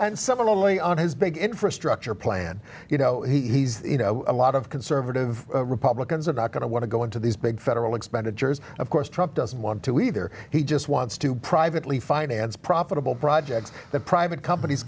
and similarly on his big infrastructure plan you know he's you know a lot of conservative republicans about going to want to go into these big federal expenditures of course trump doesn't want to either he just wants to privately financed profitable projects that private companies